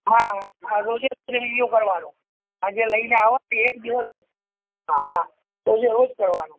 હા રોજે હા રોજે રિન્યૂ કરવાનું સાંજે લઈને આવવાની એક દિવસ ના ના રોજે રોજ કરવાનો